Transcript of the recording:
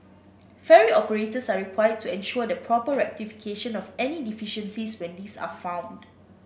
ferry operators are required to ensure the proper rectification of any deficiencies when these are found